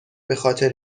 بخاطر